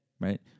Right